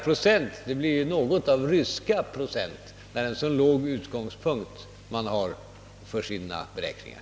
Det blir ju något av ryska procent när man har så låg utgångspunkt för sina beräkningar.